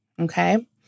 okay